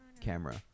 camera